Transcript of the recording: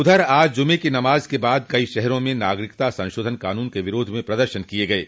उधर आज जुमे की नमाज के बाद कई शहरों में नागरिता संशोधन कानून के विरोध में प्रदर्शन किये गये